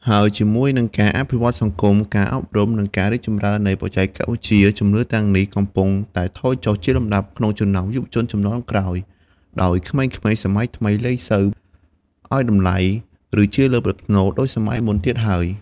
ហើយជាមួយនឹងការអភិវឌ្ឍន៍សង្គម ការអប់រំ និងការរីកចម្រើននៃបច្ចេកវិទ្យា ជំនឿទាំងនេះកំពុងតែថយចុះជាលំដាប់ក្នុងចំណោមយុវជនជំនាន់ក្រោយ ដោយក្មេងៗសម័យថ្មីលែងសូវឲ្យតម្លៃ ឬជឿលើប្រផ្នូលដូចសម័យមុនទៀតហើយ។